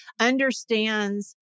understands